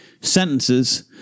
sentences